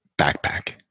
backpack